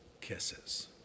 kisses